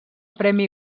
premi